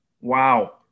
Wow